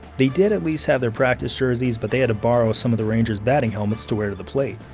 they did at least have their practice jerseys, but they had to borrow some of the rangers' batting helmets to wear to the plate.